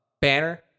banner